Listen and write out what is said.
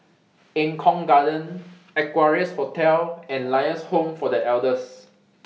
Eng Kong Garden Equarius Hotel and Lions Home For The Elders